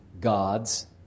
gods